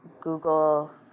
Google